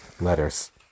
letters